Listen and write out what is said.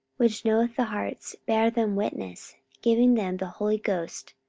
which knoweth the hearts, bare them witness, giving them the holy ghost,